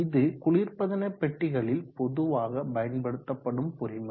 இது குளிர்பதன பெட்டிகளில் பொதுவாக பயன்படுத்தப்படும் பொறிமுறை